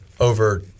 over